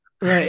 Right